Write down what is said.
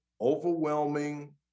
overwhelming